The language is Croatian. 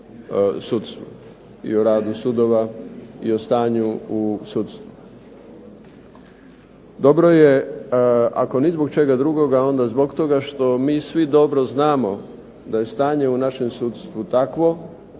i o radu sudova i o stanju u sudstvu. Dobro je ako ni zbog čega drugoga, a onda zbog toga što mi svi dobro znamo da je stanje u našem sudstvu takvo